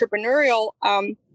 entrepreneurial